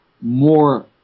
more